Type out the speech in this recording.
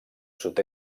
sud